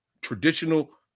traditional